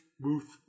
Booth